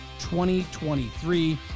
2023